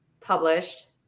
published